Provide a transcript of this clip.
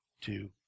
two